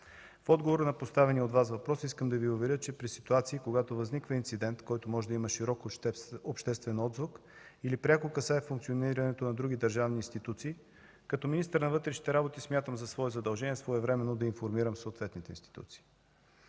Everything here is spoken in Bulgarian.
в отговор на поставения от Вас въпрос искам да Ви уверя, че при ситуации, когато възниква инцидент, който може да има широк обществен отзвук или пряко касае функционирането на други държавни институции, като министър на вътрешните работи смятам за свое задължение своевременно да информират съответните институции.